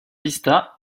vista